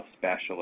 specialist